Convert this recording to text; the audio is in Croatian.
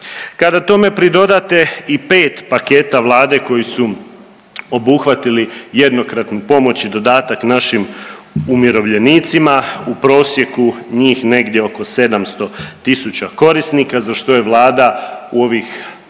Kada tome pridodate i 5 paketa Vlade koji su obuhvatili jednokratnu pomoć i dodatak našim umirovljenicima u prosjeku njih negdje oko 700 tisuća korisnika za što je Vlada u ovih 5